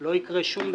- לא יקרה שום דבר.